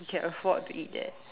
he can afford to eat that